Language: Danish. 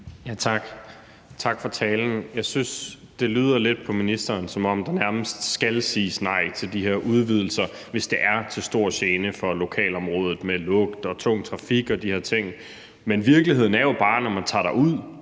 tak for talen. Jeg synes, det lyder lidt på ministeren, som om der nærmest skal siges nej til de her udvidelser, hvis de er til stor gene for lokalområdet med lugt og tung trafik og de her ting. Men virkeligheden er jo bare, når man tager derud